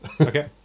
Okay